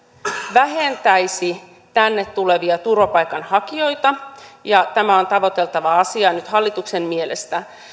vähentäisi tänne tulevia turvapaikanhakijoita ja tämä on tavoiteltava asia nyt hallituksen mielestä